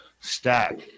stack